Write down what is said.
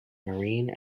marine